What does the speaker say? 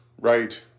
right